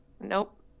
Nope